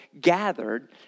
gathered